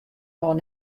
hâld